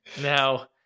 now